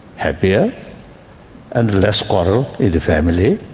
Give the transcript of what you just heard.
happier and less quarrel in the family.